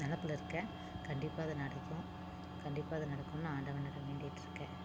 நினப்புல இருக்கேன் கண்டிப்பாக அது நடக்கும் கண்டிப்பாக அது நடக்கும்னு நான் ஆண்டவனிடம் வேண்டிகிட்டு இருக்கேன்